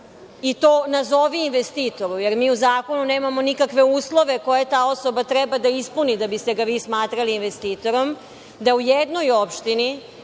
i to nazovi „investitoru“, jer mi u zakonu nemamo nikakve uslove koje ta osoba treba da ispuni da biste ga vi smatrali investitorom, da u jednoj opštini